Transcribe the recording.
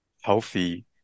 healthy